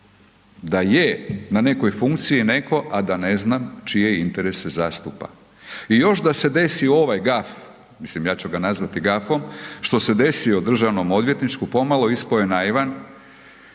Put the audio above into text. da je na nekoj funkciji netko, a da ne znam čije interese zastupa i još da se desi ovaj gaf, mislim, ja ću ga nazvati gafom, što se desio državnom odvjetniku, pomalo ispao je naivan,